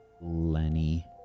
Lenny